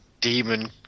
demon